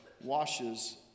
washes